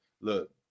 Look